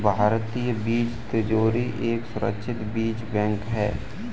भारतीय बीज तिजोरी एक सुरक्षित बीज बैंक है